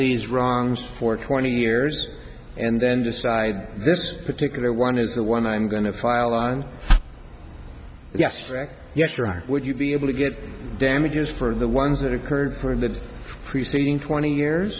these wrongs for twenty years and then decide this particular one is the one i'm going to file on yes strike yes or would you be able to get damages for the ones that occurred for the preceding twenty years